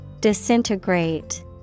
Disintegrate